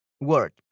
word